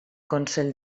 consell